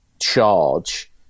Charge